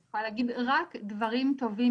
אני יכולה להגיד רק דברים טובים,